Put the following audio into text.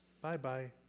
Bye-bye